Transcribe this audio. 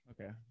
Okay